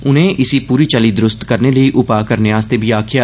उनें इसी पूरी चाल्ली दुरूस्त करने लेई उपाऽ करने आस्तै बी आखेआ